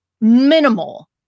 minimal